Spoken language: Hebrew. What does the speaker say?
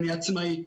אני עצמאי.